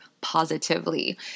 positively